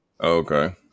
okay